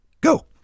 go